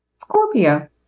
Scorpio